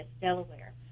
Delaware